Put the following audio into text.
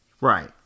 Right